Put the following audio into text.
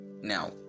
Now